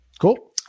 Cool